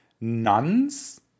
nuns